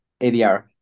ADR